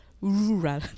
Rural